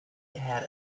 had